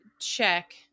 check